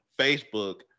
Facebook